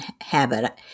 habit